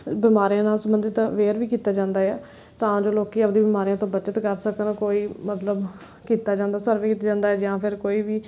ਬਿਮਾਰੀਆਂ ਨਾਲ ਸੰਬੰਧਿਤ ਅਵੇਅਰ ਵੀ ਕੀਤਾ ਜਾਂਦਾ ਆ ਤਾਂ ਜੋ ਲੋਕ ਆਪਣੇ ਬਿਮਾਰੀਆਂ ਤੋਂ ਬਚਤ ਕਰ ਸਕਣ ਕੋਈ ਮਤਲਬ ਕੀਤਾ ਜਾਂਦਾ ਸਰਵੇ ਕੀਤਾ ਜਾਂਦਾ ਜਾਂ ਫਿਰ ਕੋਈ ਵੀ